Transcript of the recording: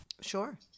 Sure